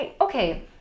okay